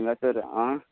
तिंगासोर आं